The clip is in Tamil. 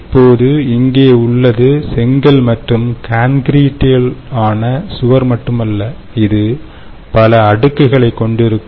இப்போது இங்கே உள்ளது செங்கல் மற்றும் கான்கிரீட்டிலான சுவர் மட்டுமல்ல இது பல அடுக்குகளைக் கொண்டிருக்கும்